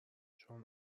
چون